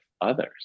others